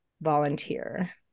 volunteer